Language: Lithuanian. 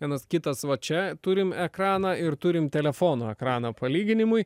vienas kitas va čia turim ekraną ir turim telefono ekraną palyginimui